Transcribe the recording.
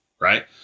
right